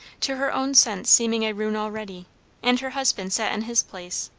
to her own sense seeming a ruin already and her husband sat in his place,